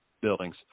buildings